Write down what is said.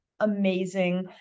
Amazing